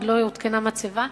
עוד לא הותקנה מצבה,